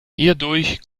hierdurch